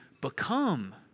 become